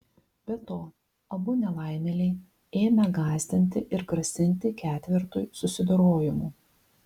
be to abu nelaimėliai ėmę gąsdinti ir grasinti ketvertui susidorojimu